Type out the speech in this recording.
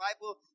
Bible